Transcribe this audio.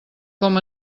com